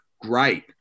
Great